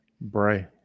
Bray